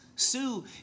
Sue